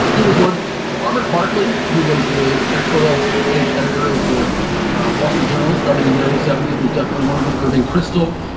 he was one robert bartley, who was the editorial page editor of the wall street journal starting in the early seventy s, was definitely one of them. irving kristol,